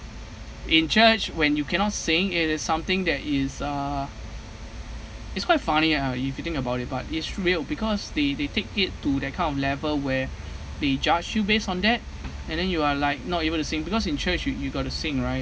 in church when you cannot sing it is something that is uh it's quite funny ah if you think about it but it's real because they they take it to that kind of level where they judge you based on that and then you are like not able to sing because in church you you got to sing right